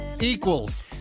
Equals